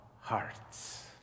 hearts